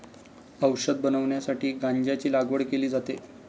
औषध बनवण्यासाठी गांजाची लागवड केली जाते